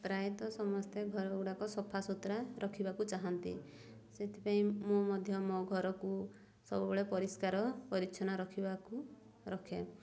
ପ୍ରାୟତଃ ସମସ୍ତେ ଘର ଗୁଡ଼ାକ ସଫାସୁତୁରା ରଖିବାକୁ ଚାହାନ୍ତି ସେଥିପାଇଁ ମୁଁ ମଧ୍ୟ ମୋ ଘରକୁ ସବୁବେଳେ ପରିଷ୍କାର ପରିଚ୍ଛନ୍ନ ରଖିବାକୁ ରଖେ